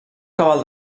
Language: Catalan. cabal